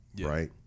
right